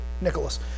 Nicholas